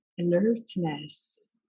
alertness